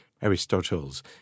Aristotle's